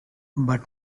but